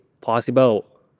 possible